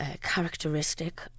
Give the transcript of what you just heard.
characteristic